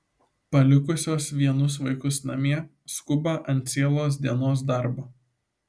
palikusios vienus vaikus namie skuba ant cielos dienos darbo